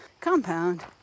compound